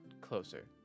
closer